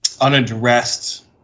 unaddressed